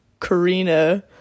karina